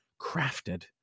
crafted